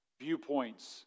viewpoints